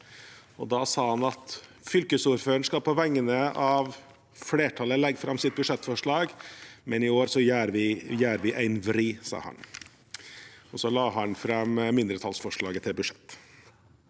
Da sa han at fylkesordføreren skal på vegne av flertallet legge fram sitt budsjettforslag, men i år «så gjer vi ein vri», sa han. Så la han fram mindretallsforslaget til budsjett.